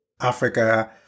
Africa